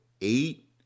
eight